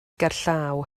gerllaw